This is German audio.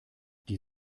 die